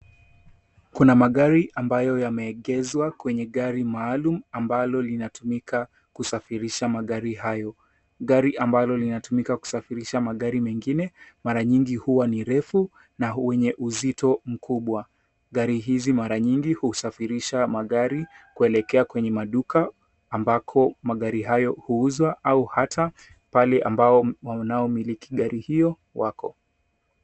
Kuna magari ambayo yameegezwa kwenye gari maalum ambalo linalotumika kusafirisha magari hayo. Gari ambalo linatumika kusafirisha magari mengine, mara nyingi huwa ni refu na wenye uzito mkubwa. Gari hizi mara nyingi husafirisha magari kuelekea kwenye maduka ambako magari hayo huuzwa au hata pale ambao wanaomiliki gari hio wako.